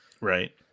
right